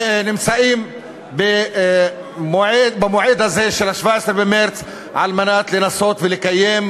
נמצאים במועד הזה של 17 במרס על מנת לנסות ולקיים,